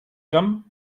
camp